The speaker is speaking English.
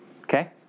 Okay